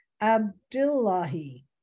Abdullahi